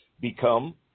become